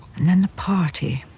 and then the party,